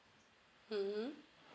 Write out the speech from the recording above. mm